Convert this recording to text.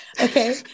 okay